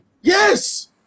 Yes